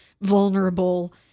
vulnerable